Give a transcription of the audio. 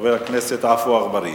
חבר הכנסת עפו אגבאריה.